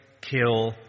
kill